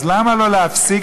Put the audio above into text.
אז למה לא להפסיק?